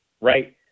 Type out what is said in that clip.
right